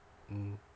mm